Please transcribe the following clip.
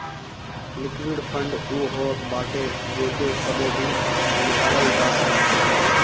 liquid fund उ होत बाटे जेके कबो भी निकालल जा सकत हवे